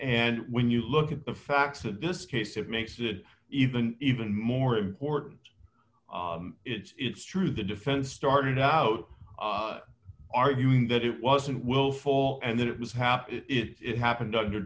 and when you look at the facts of this case it makes it even even more important it's true the defense started out arguing that it wasn't will fall and that it was happy it happened under